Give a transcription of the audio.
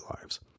lives